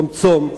יום צום.